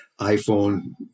iPhone